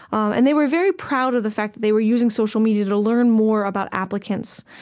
and they were very proud of the fact that they were using social media to learn more about applicants.